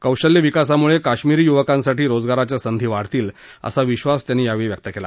कौशल्यविकासामुळे काश्मिरी युवकांसाठी रोजगाराच्या संधी वाढतील असा विश्वास त्यांनी यावेळी व्यक्त केला